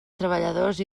treballadors